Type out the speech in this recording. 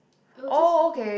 it will just be